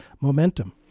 momentum